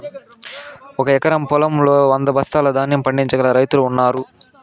ఒక ఎకరం పొలంలో వంద బస్తాల ధాన్యం పండించగల రైతులు ఉన్నారు